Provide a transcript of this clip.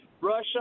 Russia